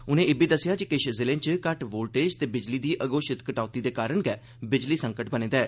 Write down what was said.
उनें इब्बी दस्सेआ जे किश जिलें च घट्ट वोल्टेज ते बिजली दी अघोषित कटौती दे कारण गै बिजली संकट बने दा ऐ